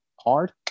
Hard